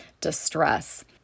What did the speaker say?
distress